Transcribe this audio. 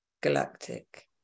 Galactic